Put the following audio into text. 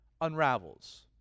unravels